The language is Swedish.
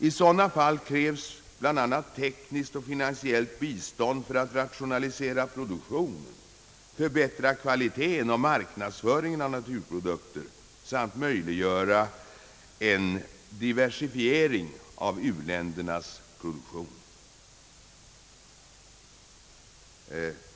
I sådana fall krävs bl.a. tekniskt och finansiellt bistånd för att man skall kunna rationalisera produktionen, förbättra kvaliteten och marknadsföringen av naturprodukterna samt möjliggöra en diversifiering av u-ländernas produktion.